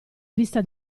vista